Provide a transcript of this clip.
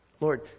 Lord